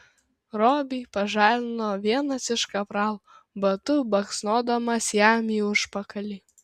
robį pažadino vienas iš kapralų batu baksnodamas jam į užpakalį